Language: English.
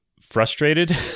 frustrated